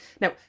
Now